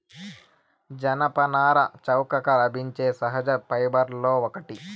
జనపనార చౌకగా లభించే సహజ ఫైబర్లలో ఒకటి